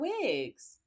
wigs